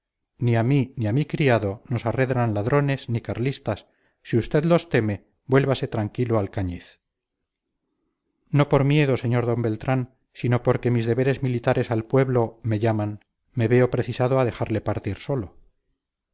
ni a mí ni a mi criado nos arredran ladrones ni carlistas si usted los teme vuélvase tranquilo a alcañiz no por miedo sr d beltrán sino porque mis deberes militares al pueblo me llaman me veo precisado a dejarle partir solo